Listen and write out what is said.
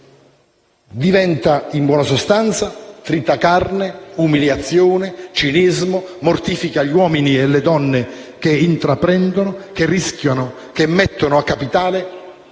Diventa, in buona sostanza, tritacarne, umiliazione, cinismo. Mortifica gli uomini e le donne che intraprendono, che rischiano, che mettono a capitale